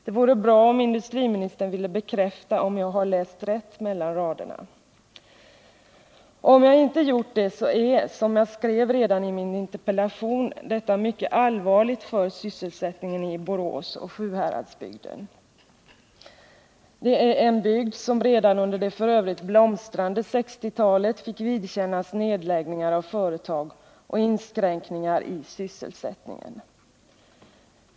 Det vore bra, om industriministern ville bekräfta om jag har läst rätt mellan raderna. Om jag inte gjort det, är — som jag skrev redan i min interpellation — detta mycket allvarligt för sysselsättningen i Borås och Sjuhäradsbygden. Det är en bygd som redan under det f.ö. blomstrande 1960-talet fick vidkännas nedläggningar av företag och inskränkningar i sysselsättningen.